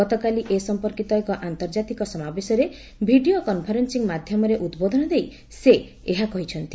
ଗତକାଲି ଏ ସମ୍ପର୍କିତ ଏକ ଆନ୍ତର୍ଜାତିକ ସମାବେଶରେ ଭିଡ଼ିଓ କନ୍ଫରେନ୍ସିଂ ମାଧ୍ୟମରେ ଉଦ୍ବୋଧନ ଦେଇ ସେ ଏହା କହିଛନ୍ତି